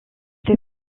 fait